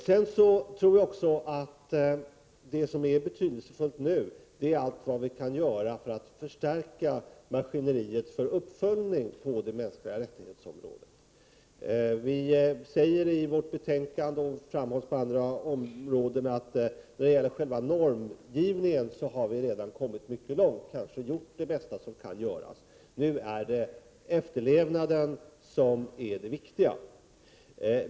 Speciellt betydelsefullt nu är också vad vi kan göra för att förstärka maskineriet för uppföljning av de mänskliga rättigheterna. Vi säger i betänkandet, och det framhålls i andra sammanhang, att beträffande själva normgivningen har vi redan kommit mycket långt och kanske gjort det bästa som kan göras. Nu är efterlevnaden av normerna det viktiga.